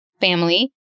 family